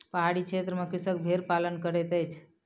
पहाड़ी क्षेत्र में कृषक भेड़ पालन करैत अछि